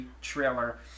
trailer